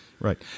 Right